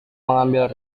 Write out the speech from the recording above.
mengambil